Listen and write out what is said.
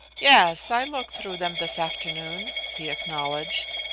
yes, i looked through them this afternoon, he acknowledged.